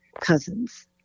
cousins